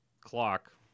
clock